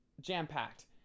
jam-packed